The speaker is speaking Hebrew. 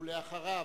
בבקשה.